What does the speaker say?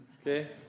Okay